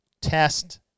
test